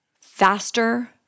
faster-